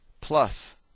plus